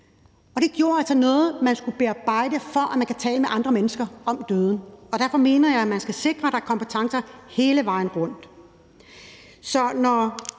havde lidt, altså noget, de skulle bearbejde, for at de kunne tale med andre mennesker om døden. Og derfor mener jeg, at man skal sikre, at der er kompetencer hele vejen rundt.